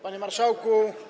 Panie Marszałku!